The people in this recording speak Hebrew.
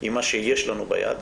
עם מה שיש לנו ביד,